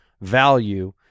value